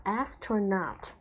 astronaut